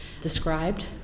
described